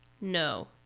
no